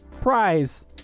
prize